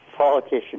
politician